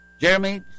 Jeremy